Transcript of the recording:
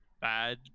bad